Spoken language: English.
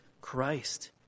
Christ